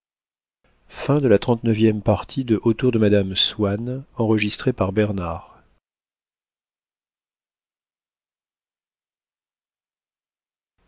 de mme swann